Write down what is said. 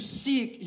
seek